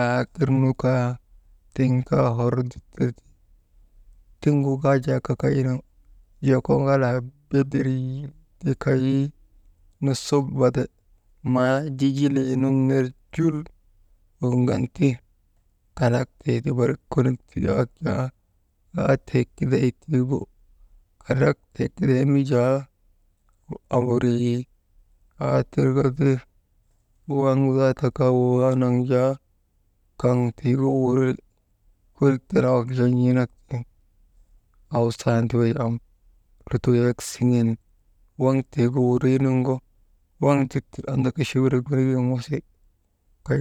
aa tir nu kaa tiŋ kaa horti, tiŋgu kaa jaa gagaynaŋ joko ŋalaa bedirii, nu kaynu subade maa jijilii nun ner jul wurŋan ti kalak titiberik konik yak jaa kaatee kiday tiigu kandraktee kidaynu jaa amburii aa tirka ti, waŋ zaata kaa wawaanaŋ jaa kaŋ tiigu wuri kurik tenek wak jaa n̰eenak tiŋ awsandi wey am lutoo yak siŋen waŋ tiigu wurii nuŋgu waŋ dittir andaka chawerek wenigu wasi kay.